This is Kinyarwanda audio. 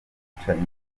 ubwicanyi